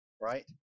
Right